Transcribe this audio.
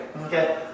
Okay